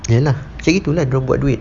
ya lah macam gitu dia orang buat duit